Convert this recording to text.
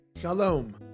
Shalom